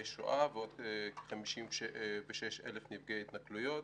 שואה ועוד 56,000 נפגעי התנכלויות.